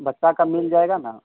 बच्चा का मिल जाएगा न